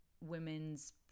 women's